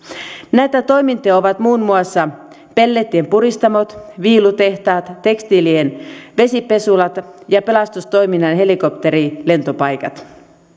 näitä toimintoja ovat muun muassa pellettien puristamot viilutehtaat tekstiilien vesipesulat ja pelastustoiminnan helikopterilentopaikat